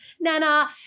nana